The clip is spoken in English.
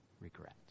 regret